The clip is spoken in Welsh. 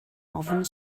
ofn